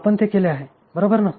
आपण ते केले आहे बरोबर न